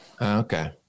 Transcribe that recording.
Okay